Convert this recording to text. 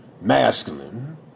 masculine